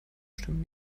stimmen